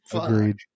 Agreed